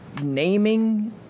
naming